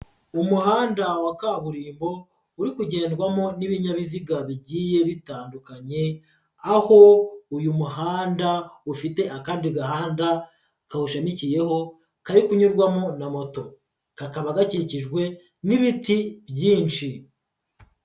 Umuhanda wa kaburimbo uri kugendwamo n'ibinyabiziga bigiye bitandukanye, aho uyu muhanda ufite akandi gahanda kawushamikiyeho kari kunyurwamo na moto, kakaba gakikijwe n'ibiti byinshi.